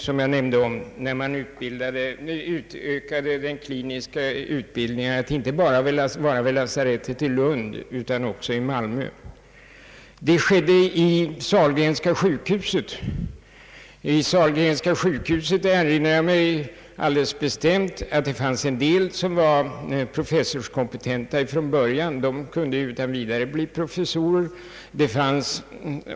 Så skedde när man utökade den kliniska utbildningen att inrymmas inte bara vid lasarettet i Lund utan också i Malmö. Så skedde också vid Sahlgrenska sjukhuset, och jag erinrar mig alldeles bestämt att där fanns en del som var professorskompetenta redan från början, så att de utan vidare kunde bli professorer.